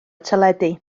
teledu